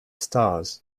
stars